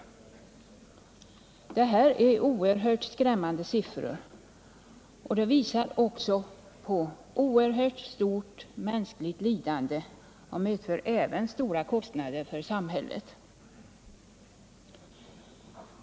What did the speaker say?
Det här är oerhört skrämmande siffror. De visar på ett stort mänskligt lidande, som också medför stora kostnader för samhället.